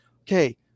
Okay